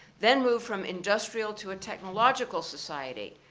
then move from industrial to a technological society.